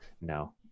No